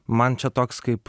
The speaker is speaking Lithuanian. man čia toks kaip